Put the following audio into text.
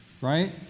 right